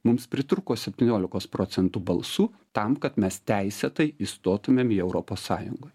mums pritrūko setpyniolikos procentų balsų tam kad mes teisėtai įstotumėm į europos sąjungą